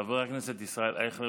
חבר הכנסת ישראל אייכלר,